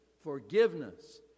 forgiveness